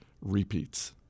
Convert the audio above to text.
Repeats